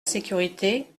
sécurité